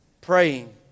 praying